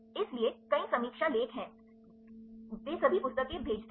इसलिए कई समीक्षा लेख हैंभी वे सभी पुस्तकेंभेजते हैं